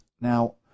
Now